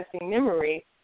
memory